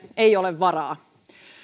ei ole varaa